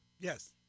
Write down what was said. Yes